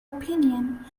opinion